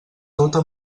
tota